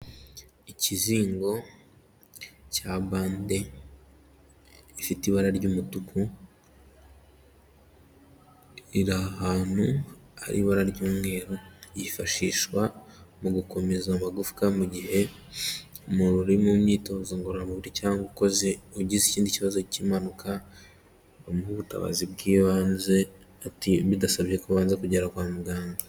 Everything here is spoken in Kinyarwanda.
Ikizingo cya bande ifite ibara ry'umutuku, riri ahantu hari ibara ry'umweru. Yifashishwa mu gukomeza amagufwa mu gihe uri mu myitozo ngororamubiri cyangwa ugize ikindi kibazo cy'impanuka, bamuha ubutabazi bw'ibanze bidasabye kubanza kugera kwa muganga.